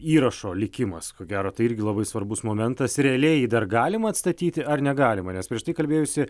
įrašo likimas ko gero tai irgi labai svarbus momentas realiai jį dar galima atstatyti ar negalima nes prieš tai kalbėjusi